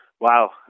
Wow